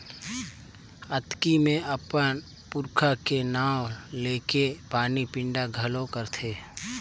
अक्ती मे अपन पूरखा के नांव लेके पानी पिंडा घलो करथे